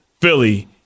Philly